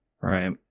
Right